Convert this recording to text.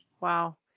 Wow